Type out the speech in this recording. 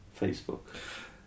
Facebook